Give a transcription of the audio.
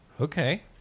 okay